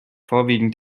vorwiegend